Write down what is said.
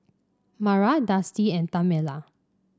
Mara Dusty and Tamela